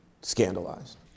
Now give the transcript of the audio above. scandalized